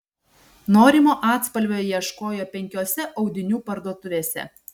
norimo atspalvio ieškojo penkiose audinių parduotuvėse